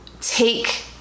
take